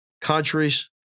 Countries